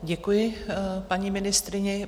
Děkuji paní ministryni.